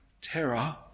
terror